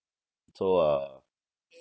so uh